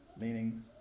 meaning